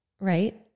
right